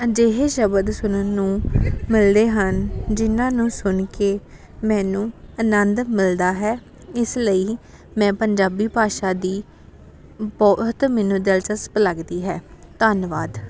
ਅਜਿਹੇ ਸ਼ਬਦ ਸੁਣਨ ਨੂੰ ਮਿਲਦੇ ਹਨ ਜਿਨ੍ਹਾਂ ਨੂੰ ਸੁਣ ਕੇ ਮੈਨੂੰ ਆਨੰਦ ਮਿਲਦਾ ਹੈ ਇਸ ਲਈ ਮੈਂ ਪੰਜਾਬੀ ਭਾਸ਼ਾ ਦੀ ਬਹੁਤ ਮੈਨੂੰ ਦਿਲਚਸਪ ਲੱਗਦੀ ਹੈ ਧੰਨਵਾਦ